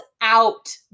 out